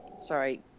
Sorry